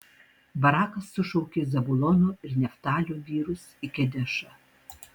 barakas sušaukė zabulono ir neftalio vyrus į kedešą